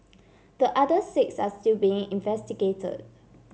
the other six are still being investigated